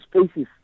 spaces